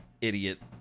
Idiot